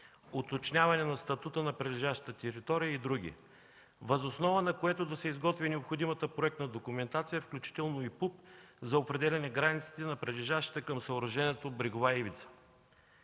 уточняване на статута на прилежащата територия и други, въз основа на което да се изготви необходимата проектна документация, включително и ПУП, за определяне границите на прилежащата към съоръжението брегова ивица.